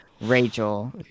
Rachel